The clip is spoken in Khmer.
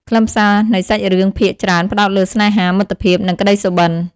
ខ្លឹមសារនៃសាច់រឿងភាគច្រើនផ្តោតលើ ស្នេហា មិត្តភាព និង ក្តីសុបិន។